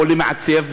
או למעצב,